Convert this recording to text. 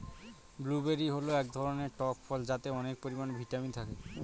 blueberry হল এক ধরনের টক ফল যাতে অনেক পরিমানে ভিটামিন থাকে